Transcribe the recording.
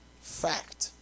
Fact